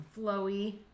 Flowy